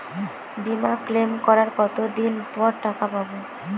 বিমা ক্লেম করার কতদিন পর টাকা পাব?